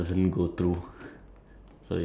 buy it for like so long but